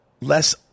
less